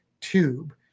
tube